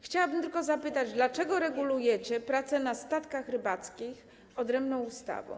Chciałabym tylko zapytać, dlaczego regulujecie pracę na statkach rybackich odrębną ustawą.